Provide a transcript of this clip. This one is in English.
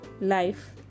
life